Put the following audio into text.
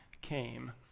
came